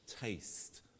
taste